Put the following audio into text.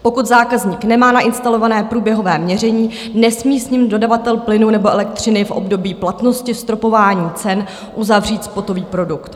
Pokud zákazník nemá nainstalované průběhové měření, nesmí s ním dodavatel plynu nebo elektřiny v období platnosti stropování cen uzavřít spotový produkt.